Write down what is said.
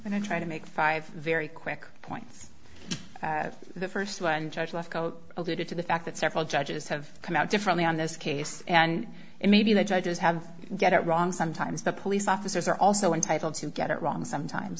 and i try to make five very quick points the st one judge lefkow alluded to the fact that several judges have come out differently on this case and it may be the judges have get it wrong sometimes the police officers are also entitled to get it wrong sometimes